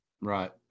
Right